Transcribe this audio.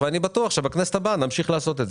ואני בטוח שבכנסת הבאה נמשיך לעשות את זה.